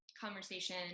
conversation